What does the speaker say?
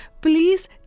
please